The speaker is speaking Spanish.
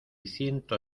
ciento